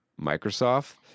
microsoft